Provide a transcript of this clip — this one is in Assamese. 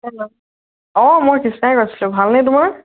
হেল্ল' অঁ মই কৃষ্ণাই কৈছিলোঁ ভালনে তোমাৰ